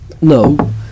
No